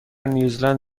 نیوزلند